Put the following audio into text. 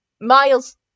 Miles